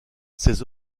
ses